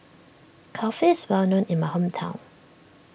Kulfi is well known in my hometown